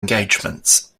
engagements